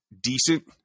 decent